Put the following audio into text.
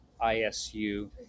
ISU